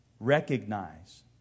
recognize